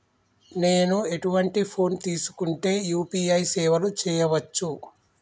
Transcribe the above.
నేను ఎటువంటి ఫోన్ తీసుకుంటే యూ.పీ.ఐ సేవలు చేయవచ్చు?